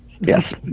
Yes